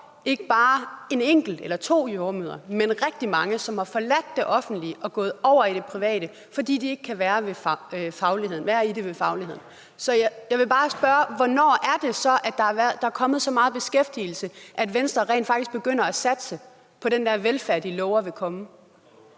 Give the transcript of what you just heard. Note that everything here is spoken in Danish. ikke bare er en enkelt eller to jordemødre, men rigtig mange, som har forladt det offentlige og er gået over i det private, fordi de ikke kan være i det i forhold til fagligheden. Så jeg vil bare spørge: Hvornår er det så, at der er kommet så meget beskæftigelse, at Venstre rent faktisk begynder at satse på den der velfærd, de lover vil komme?